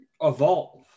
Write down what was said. evolve